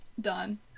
done